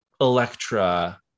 Electra